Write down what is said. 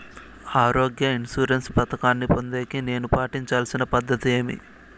ఆరోగ్య ఇన్సూరెన్సు పథకాన్ని పొందేకి నేను పాటించాల్సిన పద్ధతి ఏమి?